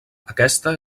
aquesta